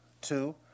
two